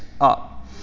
up